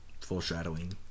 Foreshadowing